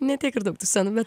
ne tiek ir daug tų scenų bet